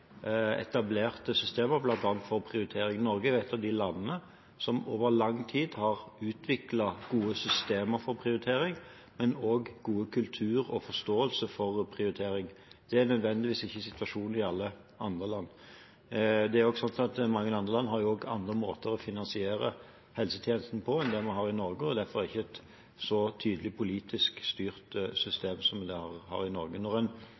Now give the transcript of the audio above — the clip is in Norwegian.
etablerte systemer, bl.a. for prioritering. Norge er et av de landene som over lang tid har utviklet gode systemer for prioritering, men også god kultur og forståelse for prioritering. Det er ikke nødvendigvis situasjonen i alle andre land. Det er også sånn at mange andre land har andre måter å finansiere helsetjenestene på enn det man har i Norge, og derfor ikke har et så tydelig politisk styrt system som det vi har i Norge. Når